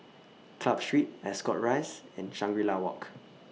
Club Street Ascot Rise and Shangri La Walk